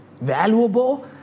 valuable